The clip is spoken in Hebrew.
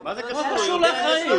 מה קשור לאחראי?